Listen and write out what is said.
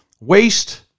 waste